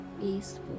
peaceful